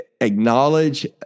acknowledge